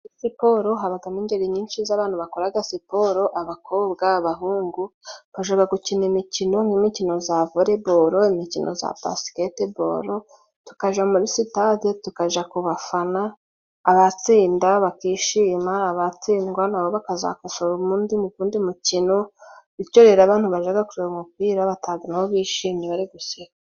Siporo habagamo ingeri nyinshi z'abantu bakoraga siporo. Abakobwa, abahungu, bajaga gukina imikino nk'imikino za voreboro , imikino za basiketiboro. Tukaja muri sitade tukajya ku bafana. Abatsinda bakishima, abatsindwa nabo bakazakosora ugundi mukino. Bityo rero, abantu bajyaga kureba umupira batahaga bishimye bari guseka.